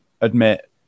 admit